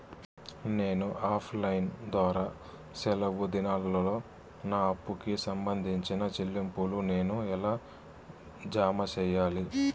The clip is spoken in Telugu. నేను ఆఫ్ లైను ద్వారా సెలవు దినాల్లో నా అప్పుకి సంబంధించిన చెల్లింపులు నేను ఎలా జామ సెయ్యాలి?